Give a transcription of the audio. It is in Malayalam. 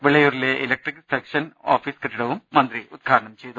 വിളയൂരിലെ ഇലക്ട്രിക്കൽ സെക്ഷൻ ഓഫീസ് കെട്ടിടവും മന്ത്രി ഉദ്ഘാടനം ചെയ്തു